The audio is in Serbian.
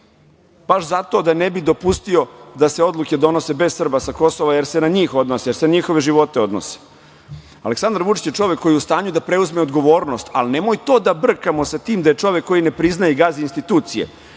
baš zato da ne bi dopustio da se odluke donose bez Srba sa Kosova, jer se na njih odnosi, jer se na njihove živote odnosi. Aleksandar Vučić je čovek koji je u stanju preuzme odgovornost, ali nemoj to da brkamo sa tim da je čovek koji ne priznaje i gazi institucije,